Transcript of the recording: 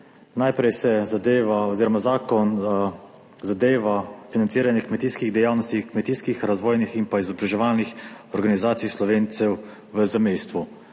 dveh zadev. Najprej zakon zadeva financiranje kmetijskih dejavnosti, kmetijskih razvojnih in pa izobraževalnih organizacij Slovencev v zamejstvu,